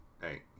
Hey